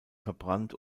verbrannt